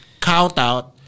Countout